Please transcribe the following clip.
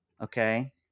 Okay